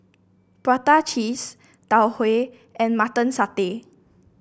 Prata Cheese Tau Huay and Mutton Satay